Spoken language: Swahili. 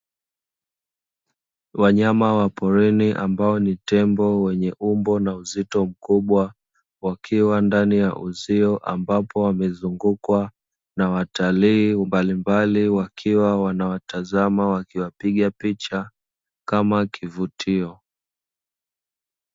Wanyama wa porini ambao ni tembo wenye umbo na uzito mkubwa, wakiwa ndani ya uzio ambapo wamezungukwa na watalii mbalimbali, wakiwa wanawatazama wakiwapiga picha kama kivutio.